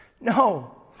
No